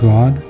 God